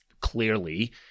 clearly